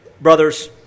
brothers